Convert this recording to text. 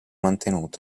mantenuto